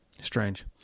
strange